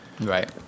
Right